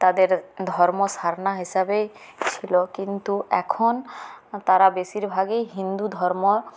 তাদের ধর্ম সারনা হিসাবেই ছিল কিন্তু এখন তারা বেশিরভাগই হিন্দু ধর্ম